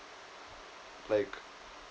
like